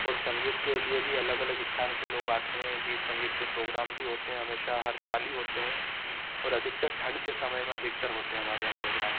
और संगीत के लिए भी अलग अलग स्थान से लोग आते हैं गीत संगीत के प्रोग्राम भी होते हैं हमेशा हर साल ही होते हैं और अधिकतर ठंड के समय में अधिकतर होते हैं हमारे यहाँ प्रोग्राम